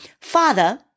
Father